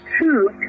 two